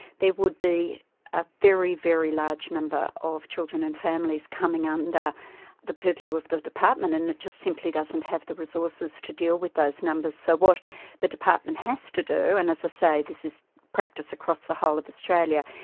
there would be a very, very large number of children and families coming under and the purview of the department, and it just simply doesn't have the resources to deal with those numbers. so what the department has to do, and as i ah say, this is practice across the whole of australia,